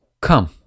come